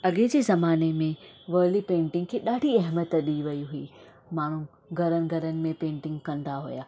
अगे॒ जे ज़माने में वर्ली पेंटिंग खे ॾाढी अहिमियत डे॒ई वई हुई माण्हूं घरनि घरनि में पेंटिंग कंदा हुया